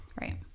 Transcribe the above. Right